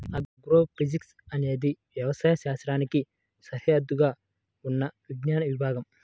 agrophysics అనేది వ్యవసాయ శాస్త్రానికి సరిహద్దుగా ఉన్న విజ్ఞాన విభాగం